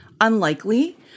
unlikely